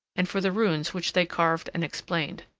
and for the runes which they carved and explained.